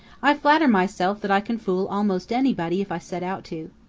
i flatter myself that i can fool almost anybody if i set out to.